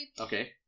Okay